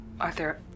Arthur